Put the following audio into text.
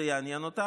זה יעניין אותך,